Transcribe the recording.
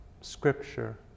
scripture